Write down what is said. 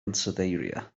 ansoddeiriau